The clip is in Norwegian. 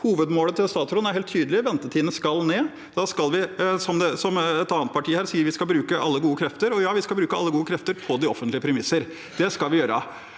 Hovedmålet til statsråden er helt tydelig: Ventetidene skal ned. Da skal vi – som et annet parti her sier – bruke alle gode krefter. Og ja, vi skal bruke alle gode krefter på det offentliges premisser. Det skal vi gjøre.